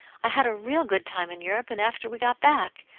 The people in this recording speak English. i had a real good time in europe, and after we got back.